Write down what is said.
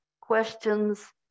questions